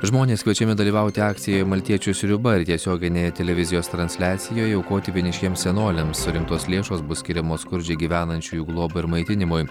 žmonės kviečiami dalyvauti akcijoje maltiečių sriuba ir tiesioginėje televizijos transliacijoje aukoti vienišiems senoliams surinktos lėšos bus skiriamos skurdžiai gyvenančiųjų globai ir maitinimui